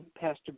Pastor